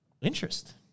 interest